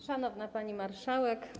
Szanowna Pani Marszałek!